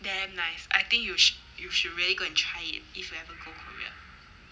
damn nice I think you sh~ you should really go and try it if you ever go korea